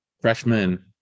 freshmen